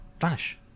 vanish